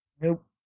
Nope